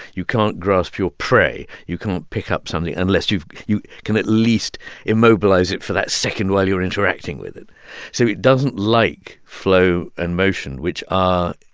you can't grasp your prey, you can't pick up something unless you you can at least immobilize it for that second while you're interacting with it so it doesn't like flow and motion, which are,